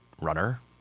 runner